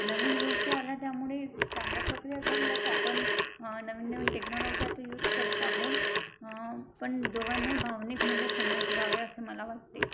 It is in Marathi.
नवीन गोष्टी आल्या त्यामुळे चांगल्या प्रक्रिया घडल्याच आपण नवीन नवीन टेक्नॉलॉजी आता यूज करत आहो पण दोघांनाही भावनिक मूल्यं समान ठेवावे असं मला वाटते